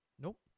Nope